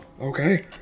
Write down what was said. okay